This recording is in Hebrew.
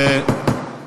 על מה הענשתם אותו?